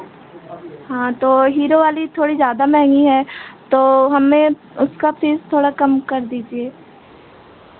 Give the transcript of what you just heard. हाँ तो हीरो वाली थोड़ी ज़्यादा महंगी है तो हमें उसका फीस थोड़ा कम कर दीजिये